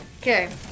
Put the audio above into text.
Okay